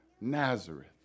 Nazareth